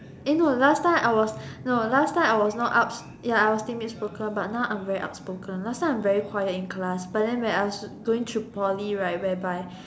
no last time I was no last I was not out ya I was timid spoken but now I'm very outspoken last time I'm very quiet in class but then when I was going through Poly right whereby